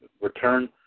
return